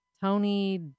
Tony